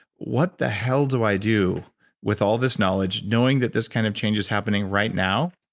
what the hell do i do with all this knowledge knowing that this kind of change is happening right now?